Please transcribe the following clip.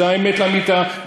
זאת האמת לאמיתה.